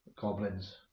goblins